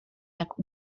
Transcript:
jak